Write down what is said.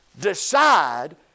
decide